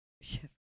Chef